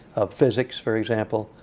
of physics, for example,